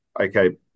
okay